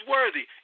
Worthy